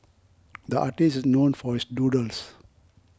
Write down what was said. the artist is known for his doodles